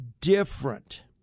different